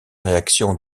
réactions